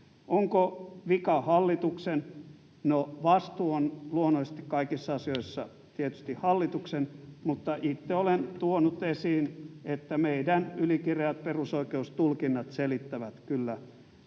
Onko vika hallituksen? No, vastuu on luonnollisesti kaikissa asioissa tietysti hallituksella, mutta itse olen tuonut esiin, että meidän ylikireät perusoikeustulkinnat selittävät kyllä